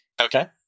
Okay